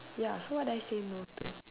ya so what did I say no to